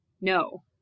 No